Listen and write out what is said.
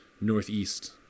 northeast